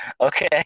okay